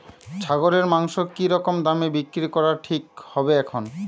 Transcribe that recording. ছাগলের মাংস কী রকম দামে বিক্রি করা ঠিক হবে এখন?